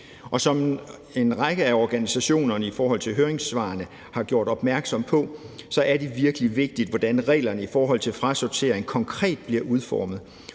Som en række af organisationerne i høringssvarene har gjort opmærksom på, er det virkelig vigtigt, hvordan reglerne for frasortering konkret bliver udformet,